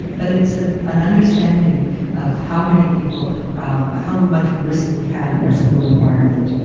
but it's an an understanding of how many people how much risk we have in our school environment.